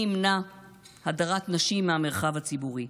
מי ימנע הדרת נשים מהמרחב הציבורי?